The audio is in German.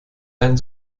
einen